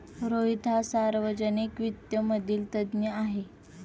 रोहित हा सार्वजनिक वित्त मधील तज्ञ आहे